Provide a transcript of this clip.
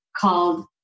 called